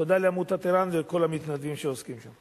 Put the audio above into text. תודה לעמותת ער"ן ולכל המתנדבים שעוסקים בזה.